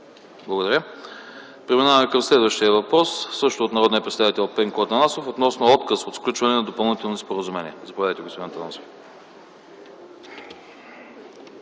благодаря. Преминаваме към следващия въпрос също от народния представител Пенко Атанасов относно отказ за сключване на допълнителни споразумения. Заповядайте, господин Атанасов.